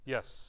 Yes